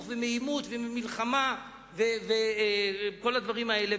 ומעימות וממלחמה וכל הדברים האלה.